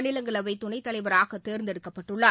மாநிலங்களவைதுணைத்தலைவராகதேர்ந்தெடுக்கப்பட்டுள்ளார்